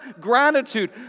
gratitude